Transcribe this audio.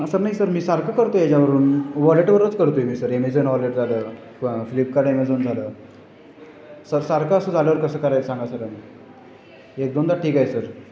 असं नाही सर मी सारखं करतो आहे याच्यावरून वॉलेटवरूनंच करतो आहे मी सर ॲमेझॉन वॉलेट झालं फ्लिपकार्ट अमेझॉन झालं सर सारखं असं झाल्यावर कसं कराय सांगा सर एक दोनदा ठीक आहे सर